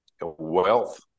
wealth